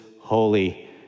holy